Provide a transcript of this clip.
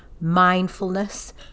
Mindfulness